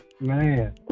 Man